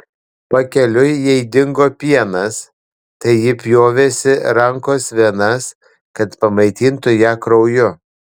pakeliui jai dingo pienas tai ji pjovėsi rankos venas kad pamaitintų ją krauju